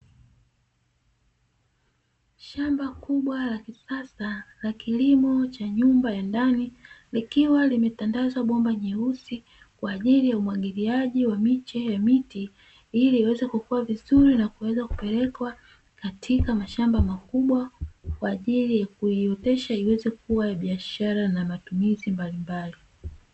Shamba kubwa la kisasa la kilimo cha nyumba ya kijani, likiwa limetandazwa bomba jeusi kwa ajili ya umwagiliaji wa miche ya miti, ili iweze kukua vizuri na kuweza kupelekwa katika mashamba makubwa kwa ajili ya kuiotesha iweze kuwa ya biashara na matumizi mbalimbali.